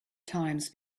times